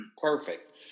Perfect